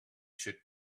should